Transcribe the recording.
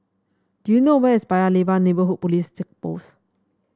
do you know where is Paya Lebar Neighbourhood Police Post